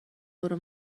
برو